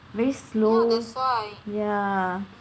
very slow ya